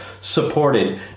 supported